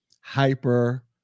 hyper